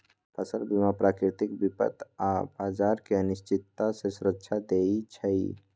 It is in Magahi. फसल बीमा प्राकृतिक विपत आऽ बाजार के अनिश्चितता से सुरक्षा देँइ छइ